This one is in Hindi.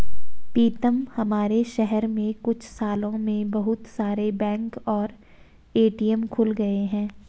पीतम हमारे शहर में कुछ सालों में बहुत सारे बैंक और ए.टी.एम खुल गए हैं